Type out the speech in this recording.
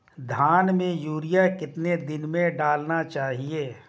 धान में यूरिया कितने दिन में डालना चाहिए?